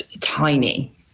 tiny